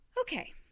Okay